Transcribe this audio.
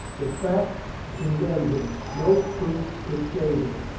the facts condemned him. no truth could save him,